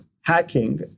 hacking